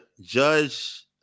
judge